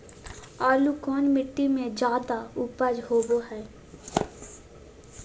आलू कौन मिट्टी में जादा ऊपज होबो हाय?